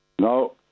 No